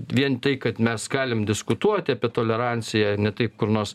vien tai kad mes galim diskutuoti apie toleranciją ne taip kur nors